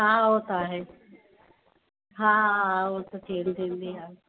हा हू त आहे हा उहो त चेंज थींदी आहे